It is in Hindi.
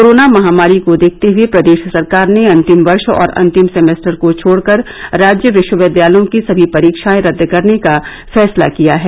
कोरोना महामारी को देखते हुए प्रदेश सरकार ने अंतिम वर्ष और अंतिम सेमेस्टर को छोड़कर राज्य विश्वविद्यालयों की समी परीक्षाए रद्द करने का फैसला किया है